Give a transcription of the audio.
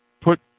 put